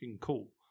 cool